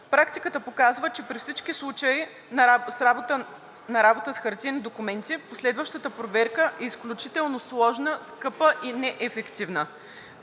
Практиката показва, че при всички случаи на работа с хартиени документи последващата проверка е изключително сложна, скъпа и неефективна.